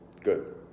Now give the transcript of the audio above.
Good